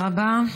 תודה רבה.